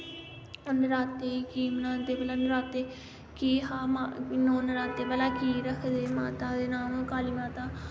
नराते की मनांदे भला नराते की हा नौ नरात्ते भला की रखदे माता दे नाम काली माता